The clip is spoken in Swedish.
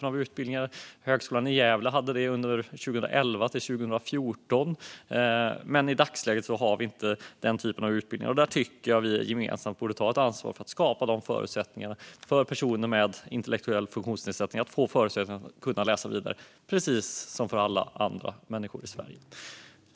Vi har haft sådana - Högskolan i Gävle hade det under 2011-2014. Men i dagsläget har vi det inte. Jag tycker att vi gemensamt borde ta ansvar för att skapa förutsättningar för personer med intellektuell funktionsnedsättning att läsa vidare, precis som för alla andra människor i Sverige.